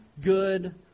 good